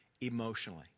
emotionally